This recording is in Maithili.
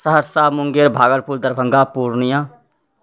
सहरसा मुङ्गेर भागलपुर दरभङ्गा पूर्णिया